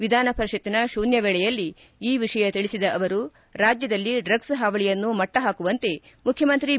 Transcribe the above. ವಿಧಾನ ಪರಿಷತ್ತಿನ ಶೂನ್ಹ ವೇಳೆಯಲ್ಲಿ ಈ ವಿಷಯ ತಿಳಿಸಿದ ಅವರು ರಾಜ್ಯದಲ್ಲಿ ಡ್ರಗ್ಲೆ ಹಾವಳಿಯನ್ನು ಮಟ್ಟಹಾಕುವಂತೆ ಮುಖ್ಯಮಂತ್ರಿ ಬಿ